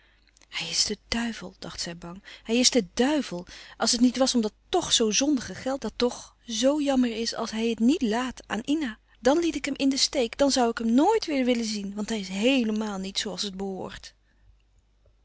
hij is de duivel dacht zij bang hij is de duivel als het niet was om dat tch zoo zondige geld dat tch zoo jammer is als hij het niet laat aan ina dan liet ik hem in den steek dan zoû ik hem nooit weêr willen zien want hij is heelemaal niet zoo als het behoort